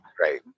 Right